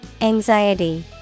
Anxiety